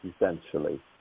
essentially